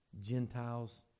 Gentiles